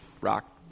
rock